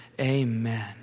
Amen